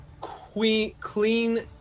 clean